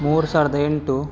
ಮೂರು ಸಾವಿರದ ಎಂಟು